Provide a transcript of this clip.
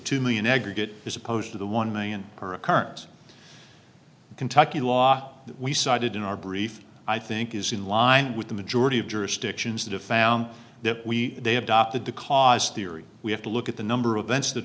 two million aggregate as opposed to the one million or a current kentucky law that we cited in our brief i think is in line with the majority of jurisdictions that have found that we they adopted the cause theory we have to look at the number of events that